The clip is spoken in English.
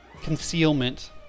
concealment